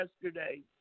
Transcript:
yesterday